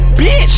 bitch